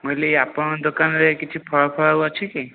ମୁଁ କହିଲି ଆପଣଙ୍କ ଦୋକାନରେ କିଛି ଫଳଫଳ ଆଉ ଅଛିକି